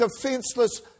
defenseless